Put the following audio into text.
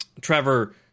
Trevor